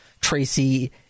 Tracy